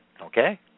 Okay